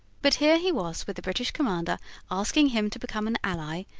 but here he was with the british commander asking him to become an ally,